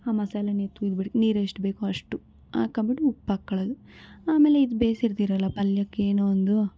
ಆ ಮಸಾಲೇನ ಎತ್ತಿಹುಯಿದ್ಬಿಡೋದು ನೀರು ಎಷ್ಟು ಬೇಕೋ ಅಷ್ಟು ಹಾಕ್ಕೊಂಬಿಟ್ಟು ಉಪ್ಪಾಕ್ಕೊಳ್ಳೋದು ಆಮೇಲೆ ಇದು ಬೇಯಿಸಿರ್ತಿರಲ್ಲ ಪಲ್ಯಕ್ಕೆ ಏನೋ ಒಂದು